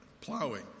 plowing